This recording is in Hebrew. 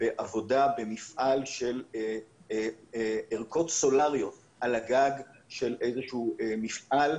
בעבודה במפעל של ערכות סולריות על הגג של איזשהו מפעל,